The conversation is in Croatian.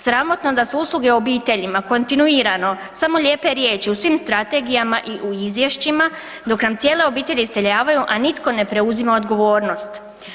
Sramotno da su usluge obiteljima kontinuirano samo lijepe riječi u svim strategijama i u izvješćima dok nam cijele obitelji iseljavaju, a nitko ne preuzima odgovornost.